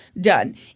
Done